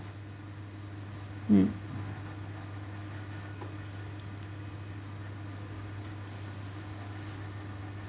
mm